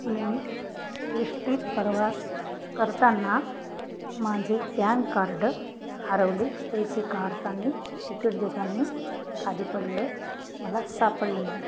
मी एश टीत प्रवास करताना माझे पॅन कार्ड हरवले पैसे काढताना तिकट देताना खाली पडलं मला सापडलं नाही